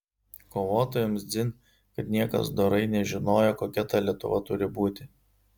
kovotojams dzin kad niekas dorai nežinojo kokia ta lietuva turi būti